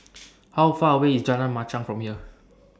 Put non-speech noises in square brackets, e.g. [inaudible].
[noise] How Far away IS Jalan Machang from here